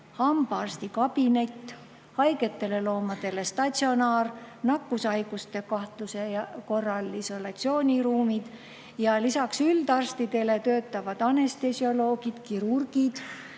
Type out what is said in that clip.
hambaarstikabinet, haigetele loomadele statsionaar ja nakkushaiguste kahtluse puhuks isolatsiooniruumid. Lisaks üldarstidele töötavad meil anestesioloogid, kirurgid,